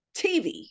TV